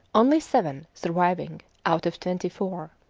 only seven surviving out of twenty-four.